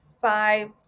five